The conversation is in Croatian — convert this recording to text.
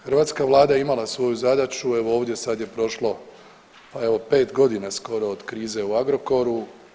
Hrvatska Vlada je imala svoju zadaću, evo ovdje sad je prošlo pa evo pet godina skoro od krize u Agrokoru.